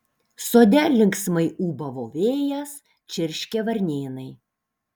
sode linksmai ūbavo vėjas čirškė varnėnai